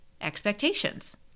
expectations